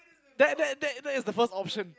that that that that is the first option